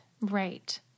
Right